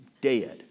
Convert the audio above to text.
dead